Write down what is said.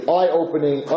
eye-opening